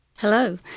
Hello